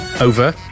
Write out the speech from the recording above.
Over